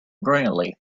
brilliantly